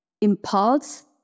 impulse